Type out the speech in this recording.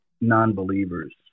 non-believers